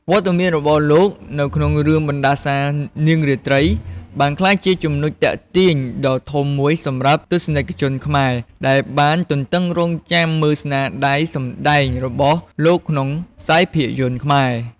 វត្តមានរបស់លោកនៅក្នុងរឿងបណ្ដាសានាងរាត្រីបានក្លាយជាចំណុចទាក់ទាញដ៏ធំមួយសម្រាប់ទស្សនិកជនខ្មែរ ដែលបានទន្ទឹងរង់ចាំមើលស្នាដៃសម្ដែងរបស់លោកក្នុងខ្សែភាពយន្តខ្មែរ ។